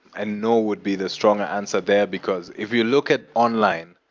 and no would be the stronger answer there, because if you look at online,